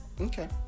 Okay